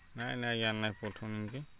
ନାଇଁ ନାଇଁ ଆଜ୍ଞା ନାଇଁ ପଠଉନ୍ ଇନ୍କେ